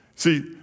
See